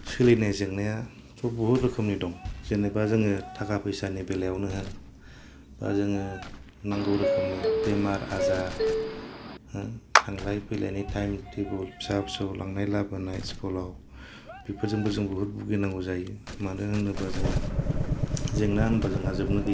सोलिनाय जेंनाया बहुथ रोखोमनि दं जेनोबा जोङो थाखा फैसानि बेलायावनो होन दा जोङो नांगौ रोखोमनि बेमार आजार थांलाय फैलायनि टाइम थेबल फिसा फिसौ लांनाय लाबोनाय सिखुलाव बेफोरजोंबो जों बहुथ बुगिनांगौ जायो मानो होननोबा जोङो जेंना होनबा जोबनो गैया